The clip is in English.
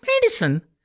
medicine